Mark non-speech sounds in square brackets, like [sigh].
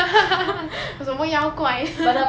[laughs] 什么妖怪 [laughs]